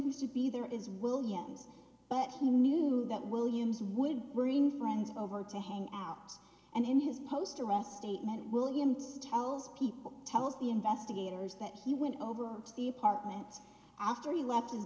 who should be there is williams but who knew that williams would bring friends over to hang out and in his post arrest statement williams towles people tells the investigators that he went over to the apartment after he left his